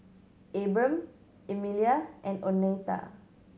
Abram Emilia and Oneta